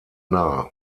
nah